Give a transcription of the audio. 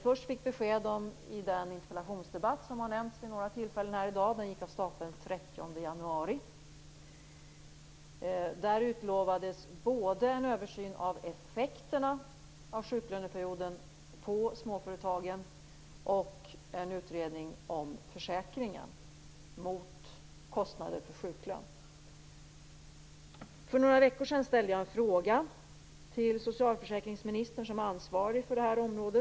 Först fick vi i den interpellationsdebatt som nämnts vid några tillfällen här i dag - den gick av stapeln den 30 januari - löfte om en översyn av sjuklöneperiodens effekter på småföretagen och om en utredning av försäkringen mot kostnader för sjuklön. För några veckor sedan ställde jag en fråga till socialförsäkringsministern som är ansvarig för detta område.